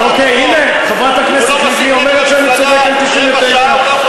אין לך דבר יותר טוב לעשות?